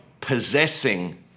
possessing